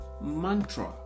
mantra